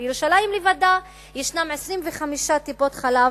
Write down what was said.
בירושלים לבד יש 25 טיפות-חלב,